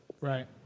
Right